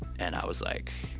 and i was like,